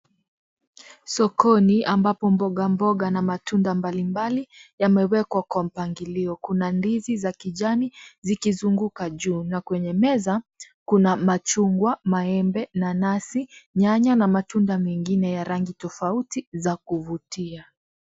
Sokoni ambapo mboga mboga na matunda mbalimbali yamewekwa kwa mpangilio. Kuna ndizi za kijani zikizunguka juu na kwenye meza kuna machungwa, maembe, nanasi, nyanya na matunda mengine ya rangi tofauti za kuvutia.